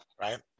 right